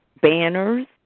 banners